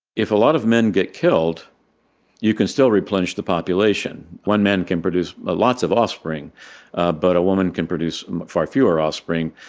if a lot of men get killed you can still replenish the population one men can produce lots of offspring but a woman can produce far fewer offspring.